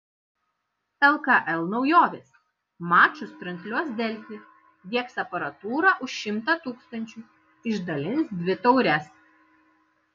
lkl naujovės mačus transliuos delfi diegs aparatūrą už šimtą tūkstančių išdalins dvi taures